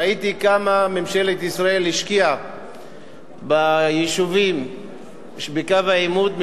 ראיתי כמה ממשלת ישראל השקיעה ביישובים שבקו העימות,